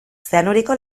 zeanuriko